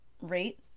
rate